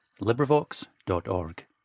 LibriVox.org